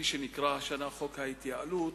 חוק ההתייעלות,